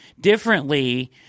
differently